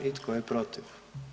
I tko je protiv?